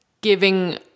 giving